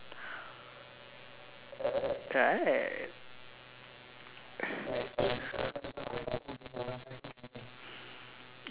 right